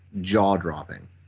jaw-dropping